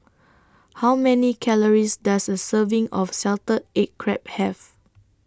How Many Calories Does A Serving of Salted Egg Crab Have